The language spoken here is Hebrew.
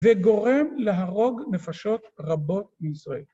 וגורם להרוג נפשות רבות לישראל.